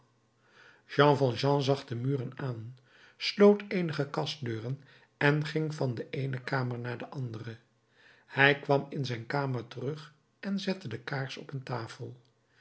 jean valjean zag de muren aan sloot eenige kastdeuren en ging van de eene kamer naar de andere hij kwam in zijn kamer terug en zette de kaars op een tafel